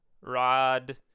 rod